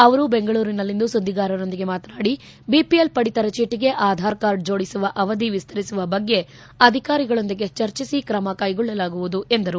ಅವರು ಬೆಂಗಳೂರಿನಲ್ಲಿಂದು ಸುದ್ಲಿಗಾರರೊಂದಿಗೆ ಮಾತನಾಡಿ ಬಿಪಿಎಲ್ ಪಡಿತರ ಚೀಟಗೆ ಆಧಾರ್ ಕಾರ್ಡ್ ಜೋಡಿಸುವ ಅವಧಿ ವಿಸ್ತರಿಸುವ ಬಗ್ಗೆ ಅಧಿಕಾರಿಗಳೊಂದಿಗೆ ಚರ್ಚಿಸಿ ಕ್ರಮ ಕೈಗೊಳ್ಳಲಾಗುವುದು ಎಂದರು